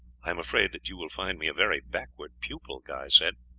i am afraid that you will, find me a very backward pupil, guy said.